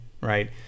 right